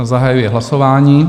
Zahajuji hlasování.